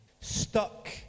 stuck